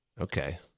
Okay